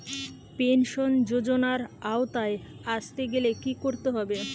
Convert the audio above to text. Pension যজোনার আওতায় আসতে গেলে কি করতে হবে?